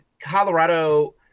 Colorado